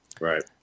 Right